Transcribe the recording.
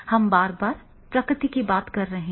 हम बार बार प्रकृति की बातें कर रहे हैं